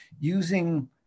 using